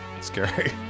scary